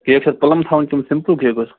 cake چھِ حظ پٕلم تھاوُن کِنہٕ سِمپٕل کیک حظ